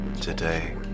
today